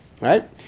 Right